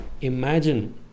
imagine